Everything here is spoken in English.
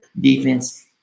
Defense